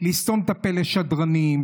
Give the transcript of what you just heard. לסתום את הפה לשדרנים,